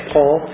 Paul